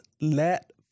let